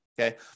okay